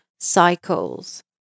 cycles